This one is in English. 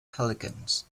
pelicans